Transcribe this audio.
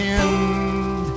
end